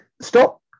stop